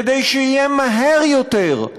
כדי שיהיה מהר יותר,